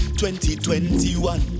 2021